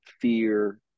fear